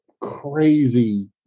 crazy